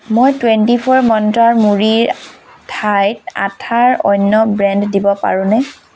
মই twenty four Mantra মুড়িৰ ঠাইত আঠাৰ অন্য ব্ৰেণ্ড দিব পাৰোঁনে